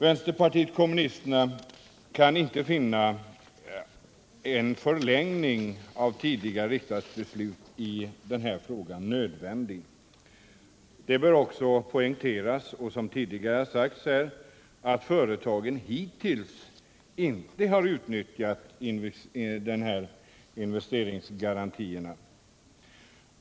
Vänsterpartiet kommunisterna kan inte finna en förlängd giltighetstid för åtgärden i tidigare riksdagsbeslut i denna fråga nödvändig. Det bör också poängteras, som tidigare sagts, att företagen hittills inte utnyttjat dessa investeringsgarantier.